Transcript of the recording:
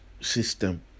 system